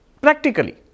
Practically